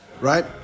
right